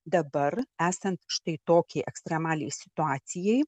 dabar esant štai tokiai ekstremaliai situacijai